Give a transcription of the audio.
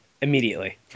immediately